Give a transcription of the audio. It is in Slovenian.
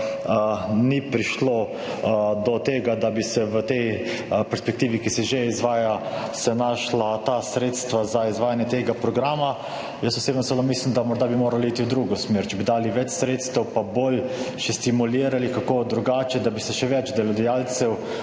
ni prišlo do tega, da bi se v tej perspektivi, ki se že izvaja, našla ta sredstva za izvajanje tega programa. Jaz osebno celo mislim, da bi morda morali iti v drugo smer. Če bi dali več sredstev, pa še bolj stimulirali kako drugače, da bi se še več delodajalcev